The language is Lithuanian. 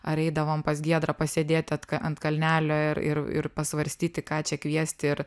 ar eidavom pas giedrą pasėdėti ant kalnelio ir ir ir pasvarstyti ką čia kviesti ir